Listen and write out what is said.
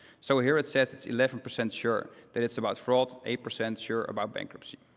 so here, it says it's eleven percent sure that it's about fraud, eight percent sure about bankruptcy.